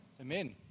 Amen